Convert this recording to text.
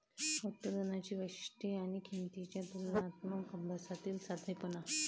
उत्पादनांची वैशिष्ट्ये आणि किंमतींच्या तुलनात्मक अभ्यासातील साधेपणा